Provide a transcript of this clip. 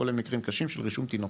כולל מקרים קשים של רישום תינוקות.